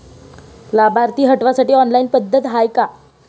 लाभार्थी हटवासाठी ऑनलाईन पद्धत हाय का?